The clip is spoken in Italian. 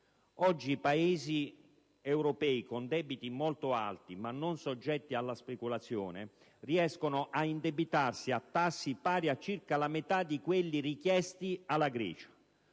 Oggi i Paesi europei con debiti molto alti, ma non soggetti alla speculazione, riescono ad indebitarsi a tassi pari a circa la metà di quelli richiesti alla Grecia.